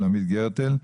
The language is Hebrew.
שלומית גרטל,